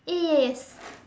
ace